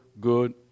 good